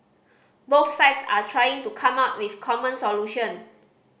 both sides are trying to come up with common solution